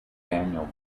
daniel